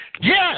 Yes